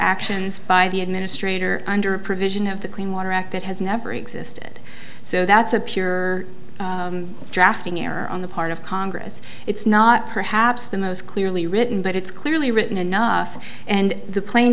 actions by the administrator under a provision of the clean water act that has never existed so that's a pure drafting error on the part of congress it's not perhaps the most clearly written but it's clearly written enough and the pla